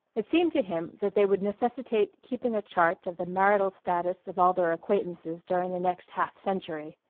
it seemed to him that they would necessitate keeping a chart of the marital status of all their acquaintances during the next half-century.